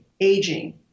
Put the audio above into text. aging